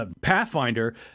Pathfinder